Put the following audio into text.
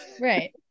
Right